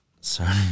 sorry